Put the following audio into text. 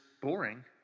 boring